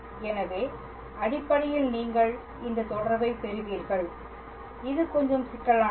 எனவே அடிப்படையில் நீங்கள் இந்த தொடர்பை பெறுவீர்கள் இது கொஞ்சம் சிக்கலானது